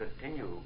continue